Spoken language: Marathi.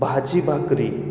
भाजी भाकरी